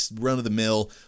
run-of-the-mill